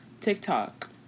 tiktok